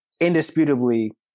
indisputably